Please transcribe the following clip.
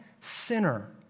sinner